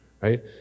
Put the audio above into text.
right